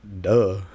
Duh